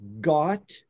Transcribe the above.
got